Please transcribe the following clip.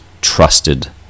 trusted